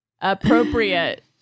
appropriate